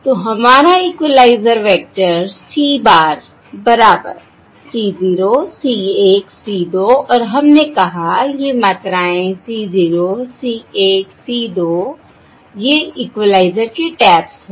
तो हमारा equaliser vector c bar बराबर c c c और हमने कहा ये मात्राएं c c c ये इक्वलाइज़र के टैप्स हैं